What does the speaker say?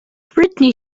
britney